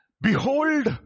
Behold